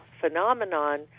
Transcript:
phenomenon